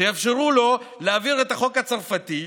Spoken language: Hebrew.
שיאפשרו לו להעביר את החוק הצרפתי,